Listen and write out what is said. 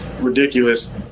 ridiculous